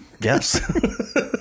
Yes